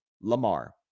Lamar